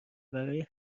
ورای